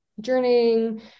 journeying